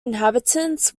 inhabitants